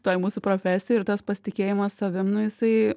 toj mūsų profesijoj ir tas pasitikėjimas savim nu jisai